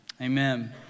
Amen